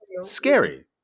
scary